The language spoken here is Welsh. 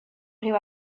rhyw